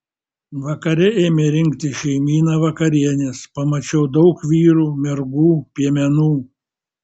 vakare ėmė rinktis šeimyna vakarienės pamačiau daug vyrų mergų piemenų